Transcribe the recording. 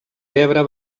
pebre